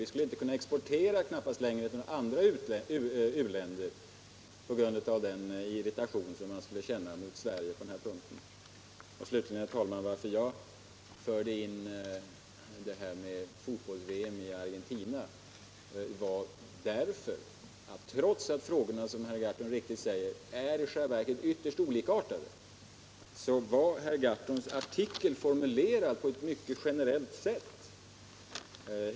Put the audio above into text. Vi skulle knappast kunna fortsätta att exportera till andra u-länder på grund av irritation mot Sverige på den här punkten. Slutligen vill jag, herr talman, säga att anledningen till att jag förde fotbolls-VM i Argentina på tal var den att trots att frågorna, som herr Gahrton helt riktigt framhållit, i själva verket är ytterst olikartade är herr Gahrtons artikel formulerad på ett mycket generellt sätt.